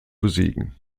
besiegen